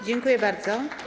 Dziękuję bardzo.